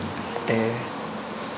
ᱛᱮ